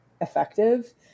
effective